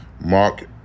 Mark